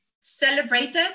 celebrated